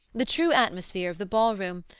the true atmosphere of the ballroom,